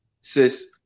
sis